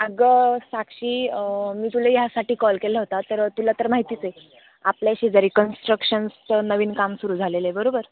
अगं साक्षी मी तुला ह्यासाठी कॉल केला होता तर तुला तर माहितीच आहे आपल्या शेजारी कन्स्ट्रक्शन्सचं नवीन काम सुरू झालेलं आहे बरोबर